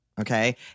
Okay